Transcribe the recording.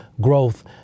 growth